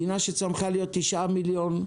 מדינה שצמחה להיות 9 מיליון אנשים,